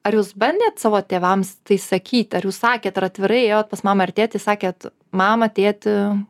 ar jūs bandėt savo tėvams tai sakyt ar jūs sakėt ar atvirai ėjot pas mamą ar tėtį ir sakėt mama tėti